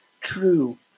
true